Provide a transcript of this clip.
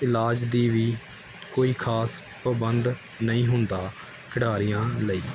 ਇਲਾਜ ਦਾ ਵੀ ਕੋਈ ਖਾਸ ਪ੍ਰਬੰਧ ਨਹੀਂ ਹੁੰਦਾ ਖਿਡਾਰੀਆਂ ਲਈ